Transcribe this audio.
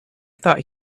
thought